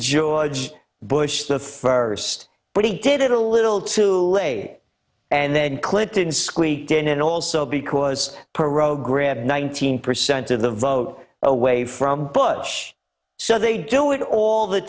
george bush the first but he did it a little too late and then clinton squeaked in and also because perot grabbed nineteen percent of the vote away from bush so they do it all the